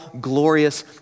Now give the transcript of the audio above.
glorious